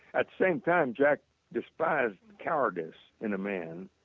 ah same time jack despise cowardice in a man.